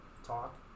talk